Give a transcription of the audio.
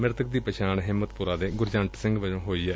ਮ੍ਰਿਤਕ ਦੀ ਪਛਾਣ ਹਿੰਮਤਪੁਰਾ ਦੇ ਗੁਰਜੰਟ ਸਿੰਘ ਵਜੋਂ ਹੋਈ ਏ